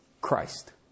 Christ